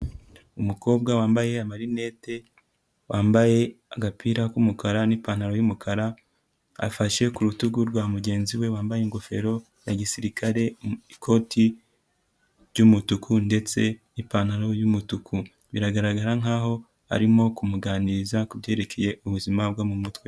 Umukobwa wambaye amarinete, wambaye agapira k'umukara n'ipantaro yumukara, afashe ku rutugu rwa mugenzi we wambaye ingofero ya gisirikare, ikoti ry'umutuku ndetse n'ipantaro y'umutuku. Biragaragara nk'aho arimo kumuganiriza kubyerekeye ubuzima bwo mu mutwe.